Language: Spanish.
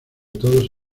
todos